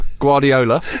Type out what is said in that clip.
Guardiola